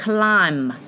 Climb